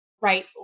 right